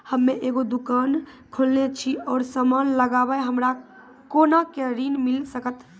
हम्मे एगो दुकान खोलने छी और समान लगैबै हमरा कोना के ऋण मिल सकत?